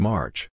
March